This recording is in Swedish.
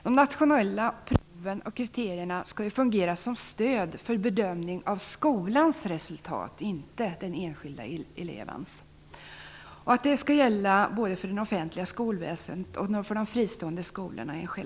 De nationella proven och kriterierna skall fungera som stöd för bedömning av skolans resultat, inte den enskilda elevens. Det är en självklarhet att detta skall gälla för både det offentliga skolväsendet och de fristående skolorna.